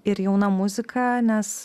ir jauna muzika nes